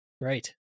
Right